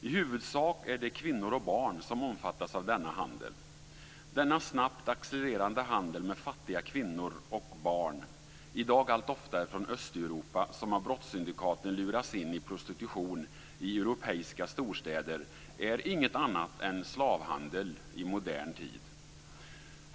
I huvudsak är det kvinnor och barn som omfattas av denna handel. Denna snabbt accelererande handel med fattiga kvinnor och barn, i dag allt oftare från Östeuropa, som av brottssyndikaten luras in i prostitution i europeiska storstäder är inget annat än slavhandel i modern tid.